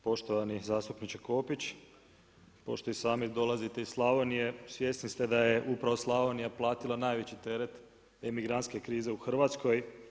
Poštovani zastupniče Kopić, pošto i sami dolazite iz Slavonije svjesni ste da je upravo Slavonija platila najveći teret emigrantske krize u Hrvatskoj.